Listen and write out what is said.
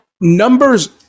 numbers